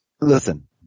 listen